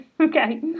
Okay